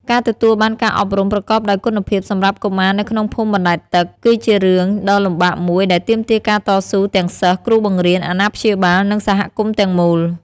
ការទទួលបានការអប់រំប្រកបដោយគុណភាពសម្រាប់កុមារនៅក្នុងភូមិបណ្តែតទឹក គឺជារឿងដ៏លំបាកមួយដែលទាមទារការតស៊ូទាំងសិស្ស គ្រូបង្រៀន អាណាព្យាបាល និងសហគមន៍ទាំងមូល។